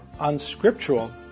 unscriptural